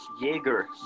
Jaeger